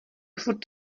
furt